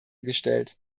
gestellt